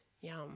Yum